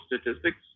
statistics